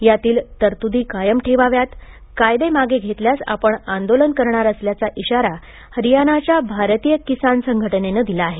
यातील तरतुदी कायम ठेवाव्यात कायदे मागे घेतल्यास आपण आंदोलन करणार असल्याचा इशारा हरियाणाच्या भारतीय किसान संघटनेने दिला आहे